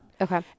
Okay